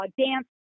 dance